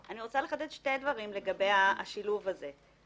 לחדד שני דברים לגבי השילוב הזה.